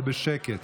אבל בשקט.